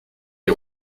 les